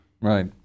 Right